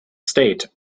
state